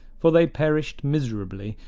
for they perished miserably,